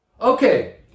Okay